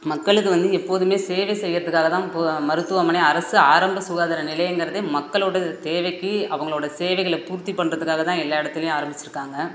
மக்களுக்கு வந்து எப்போதுமே சேவை செய்கிறதுக்காக தான் இப்போது மருத்துவமனை அரசு ஆரம்ப சுகாதார நிலையங்கிறதே மக்களோடய தேவைக்கு அவங்களோட சேவைகளை பூர்த்தி பண்ணுறதுக்காக தான் எல்லா இடத்துலையும் ஆரம்மிச்சிருக்காங்க